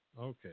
Okay